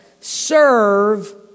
serve